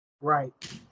Right